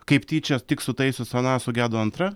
kaip tyčia tik sutaisius aną sugedo antra